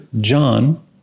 John